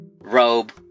robe